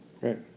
Right